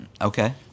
Okay